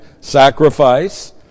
sacrifice